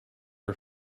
are